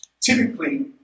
Typically